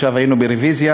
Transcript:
עכשיו היינו ברוויזיה,